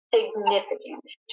Significant